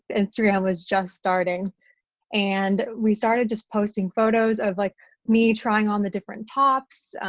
instagram was just starting and we started just posting photos of like me trying on the different tops,